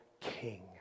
king